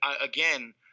again